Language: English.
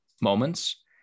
moments